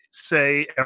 Say